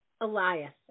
Elias